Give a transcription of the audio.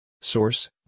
Source